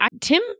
Tim